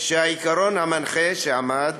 כשהעיקרון המנחה שעמד